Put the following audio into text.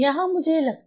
यहाँ मुझे लगता है